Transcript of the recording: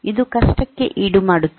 ಇದು ಕಷ್ಟಕ್ಕೆ ಈಡು ಮಾಡುತ್ತದೆ